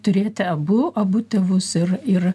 turėti abu abu tėvus ir ir